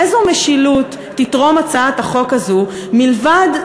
איזו משילות תתרום הצעת החוק הזו מלבד,